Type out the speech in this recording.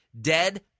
Dead